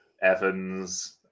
Evans